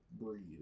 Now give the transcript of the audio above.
breed